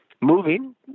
moving